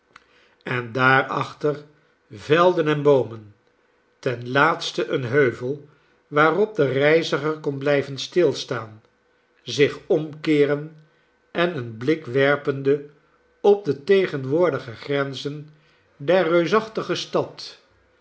en daarachter velden en boomen ten laatste een heuvel waarop de reiziger kon blijven stilstaan zich omkeeren en een blik werpende op de tegenwoordige grenzen der reusachtige stad